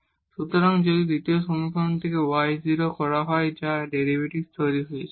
সুতরাং যদি দ্বিতীয় সমীকরণ থেকে y 0 হয় যা এই ডেরিভেটিভ তৈরি করছে